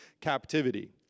captivity